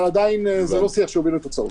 אבל עדיין זה לא שיח שהוביל לתוצאות.